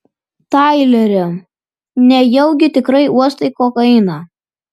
taileri nejaugi tikrai uostai kokainą